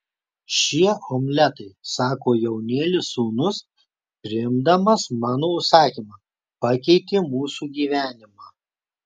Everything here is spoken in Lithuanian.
šie omletai sako jaunėlis sūnus priimdamas mano užsakymą pakeitė mūsų gyvenimą